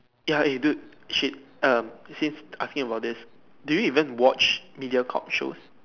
ya eh dude shit um since asking about this do you even watch MediaCorp shows